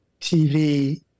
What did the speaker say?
TV